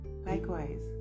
Likewise